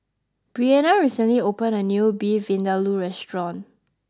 Brianna recently opened a new Beef Vindaloo restaurant